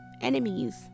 enemies